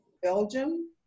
Belgium